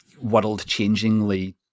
world-changingly